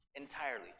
entirely